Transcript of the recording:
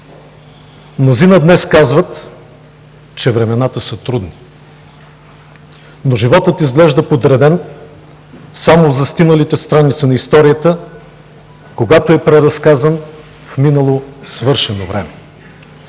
Мнозина днес казват, че времената са трудни, но животът изглежда подреден само в застиналите страници на историята, когато е преразказан в минало свършено време.